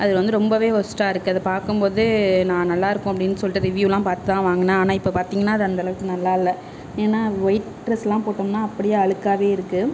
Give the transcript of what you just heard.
அது வந்து ரொம்ப ஒர்ஸ்ட்டா இருக்கு அதை பார்க்கும்போதே நான் நல்லா இருக்கும்னு சொல்லிட்டு ரிவ்யூலாம் பார்த்துதான் வாங்கின ஆனால் இப்போது பார்த்தீங்கன்னா அது அந்த அளவுக்கு நல்லா இல்லை ஏன்னா ஒயிட் ட்ரெஸ்லாம் போட்டோம்னா அப்படியே அழுக்காகவே இருக்கு